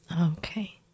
Okay